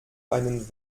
einen